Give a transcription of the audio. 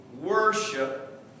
worship